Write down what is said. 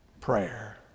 prayer